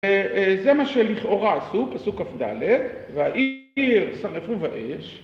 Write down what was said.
זה מה שלכאורה עשו, פסוק כ"ד, והעיר שרפו באש.